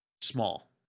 small